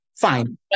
fine